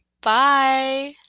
bye